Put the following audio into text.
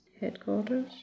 headquarters